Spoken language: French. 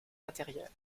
matériels